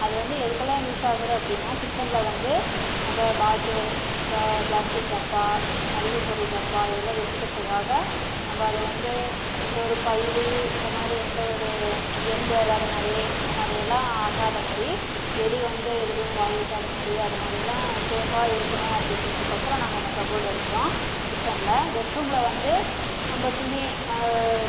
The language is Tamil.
அது வந்து எதுக்கெல்லாம் யூஸ் ஆகுது அப்படின்னா கிச்சனில் வந்து நம்ம பாட்டில் இந்த ப்ளாஸ்டிக் டப்பா மல்லிகை பொருள் டப்பா இதெல்லாம் வச்சுக்கறதுக்காக நம்ம அதை வந்து எந்த ஒரு பல்லி இந்த மாதிரி எந்த ஒரு எறும்பு ஏறாத மாதிரி அந்த மாதிரி எல்லாம் ஆகாத மாதிரி எலி வந்து எதுலேயும் வாய் வைக்காத மாதிரி அது மாதிரியெல்லாம் சேஃபாக இருக்கணும் அப்படிங்கறதுக்கோசறோம் நாங்க அந்த கபோர்ட் அடித்தோம் கிச்சனில் பெட்ரூமில் வந்து நம்ப துணி